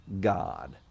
god